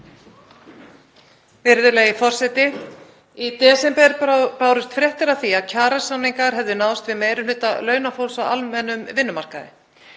Virðulegi forseti. Í desember bárust fréttir af því að kjarasamningar hefðu náðst við meiri hluta launafólks á almennum vinnumarkaði.